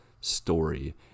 story